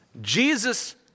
Jesus